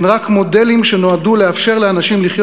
הם רק מודלים שנועדו לאפשר לאנשים לחיות